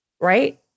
right